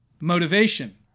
Motivation